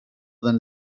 than